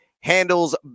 handles